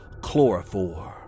Chloroform